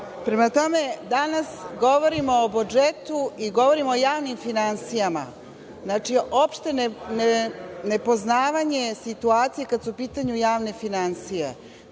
tako? Prema tome, danas govorimo o budžetu i govorimo o javnim finansijama. Znači, opšte nepoznavanje situacije kada su u pitanju javne finansije.